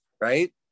right